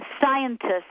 scientists